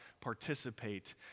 participate